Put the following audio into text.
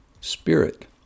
Spirit